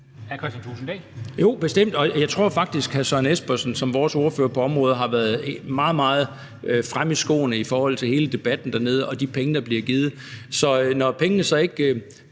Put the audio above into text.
Thulesen Dahl (DF): Ja, bestemt, og jeg tror faktisk, at hr. Søren Espersen som vores ordfører på området har været meget, meget fremme i skoene i forhold til hele debatten om de penge, der bliver givet. Når pengene så ikke